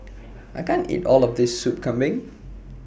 I can't eat All of This Soup Kambing